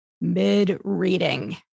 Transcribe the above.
mid-reading